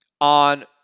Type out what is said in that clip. on